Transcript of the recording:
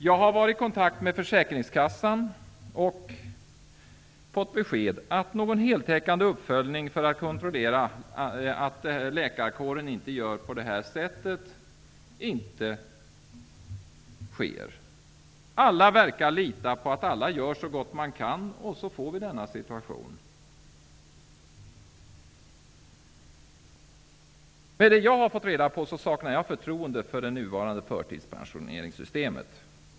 Jag har varit i kontakt med försäkringskassan och fått besked att någon heltäckande uppföljning för att kontrollera att läkarkåren inte gör på det här sättet inte sker. Alla verkar lita på att alla gör så gott de kan, och då får vi denna situation. Mot bakgrund av det jag fått reda på saknar jag förtroende för det nuvarande förtidspensioneringssystemet.